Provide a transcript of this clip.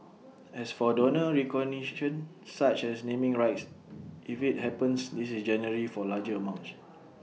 as for donor recognition such as naming rights if IT happens this is generally for larger amounts